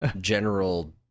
general